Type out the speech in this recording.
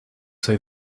say